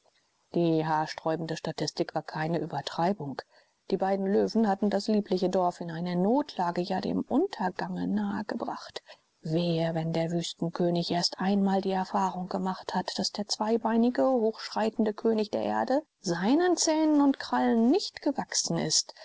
die haarsträubende statistik war keine übertreibung die beiden löwen hatten das liebliche dorf in eine notlage ja dem untergange nahe gebracht wehe wenn der wüstenkönig erst einmal die erfahrung gemacht hat daß der zweibeinige hochschreitende könig der erde seinen zähnen und krallen nicht gewachsen ist